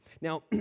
Now